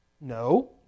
No